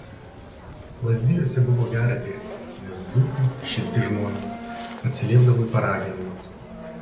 lazdijuose buvo gera dirbti nes dzūkai šilti žmonės atsiliepdavo į paraginimus